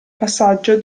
passaggio